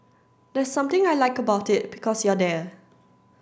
there's something I like about it because you're there